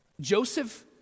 Joseph